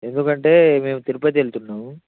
ఎందుకంటే మేము తిరుపతి వెళ్తున్నాము